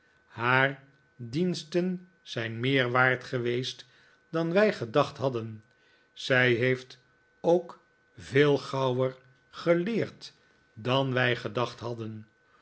haar dienstenzijn meer waard geweest dan wij gedacht hadden zij heeft ook veel gauwer geleerd dan wij gedacht hadden